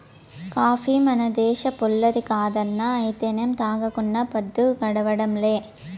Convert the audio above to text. coffee మన దేశంపోల్లది కాదన్నా అయితేనేం తాగకుండా పద్దు గడవడంలే